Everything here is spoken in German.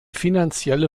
finanzielle